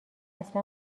اصلا